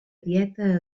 dieta